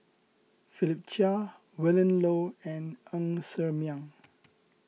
Philip Chia Willin Low and Ng Ser Miang